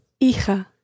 Hija